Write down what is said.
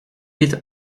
vite